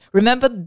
Remember